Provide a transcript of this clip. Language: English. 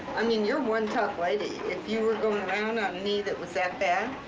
i mean, you're one tough lady, if you were going around on a knee that was that bad.